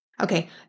Okay